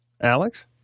Alex